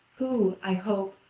who, i hope,